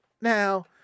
Now